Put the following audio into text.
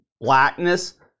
blackness